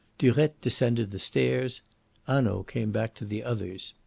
durette descended the stairs hanaud came back to the others.